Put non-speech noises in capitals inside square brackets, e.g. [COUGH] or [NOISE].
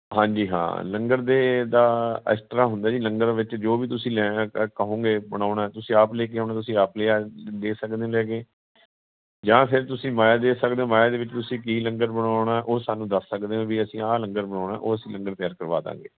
ਹਾਂਜੀ ਹਾਂ ਲੰਗਰ ਦੇ ਦਾ ਐਕਸਟਰਾ ਹੁੰਦਾ ਜੀ ਲੰਗਰ ਵਿੱਚ ਜੋ ਵੀ ਤੁਸੀਂ [UNINTELLIGIBLE] ਕਹੋਗੇ ਬਣਾਉਣਾ ਤੁਸੀਂ ਆਪ ਲੈ ਕੇ ਆਉਣਾ ਤੁਸੀਂ ਆਪ ਲਿਆ ਦੇ ਸਕਦੇ ਲੈ ਕੇ ਜਾਂ ਫਿਰ ਤੁਸੀਂ ਮਾਇਆ ਦੇ ਸਕਦੇ ਹੋ ਮਾਇਆ ਦੇ ਵਿੱਚ ਤੁਸੀਂ ਕੀ ਲੰਗਰ ਬਣਾਉਣਾ ਉਹ ਸਾਨੂੰ ਦੱਸ ਸਕਦੇ ਹੋ ਵੀ ਅਸੀਂ ਆਹ ਲੰਗਰ ਬਣਾਉਣਾ ਉਹ ਅਸੀਂ ਲੰਗਰ ਤਿਆਰ ਕਰਵਾ ਦੇਵਾਂਗੇ